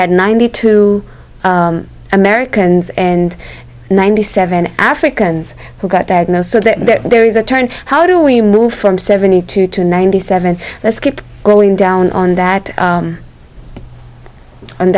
had ninety two americans and ninety seven africans who got diagnosed so that there is a turn how do we move from seventy two to ninety seven let's keep going down on that